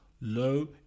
low